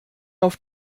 auf